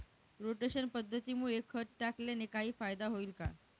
Rotation पद्धतीमुळे खत टाकल्याने काही फायदा होईल का?